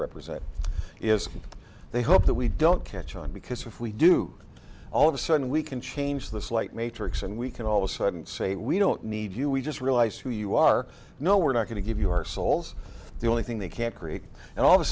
represent is they hope that we don't catch on because if we do all of a sudden we can change this light matrix and we can all the sudden say we don't need you we just realize who you are no we're not going to give you our souls the only thing they can't create and all of a